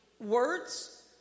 words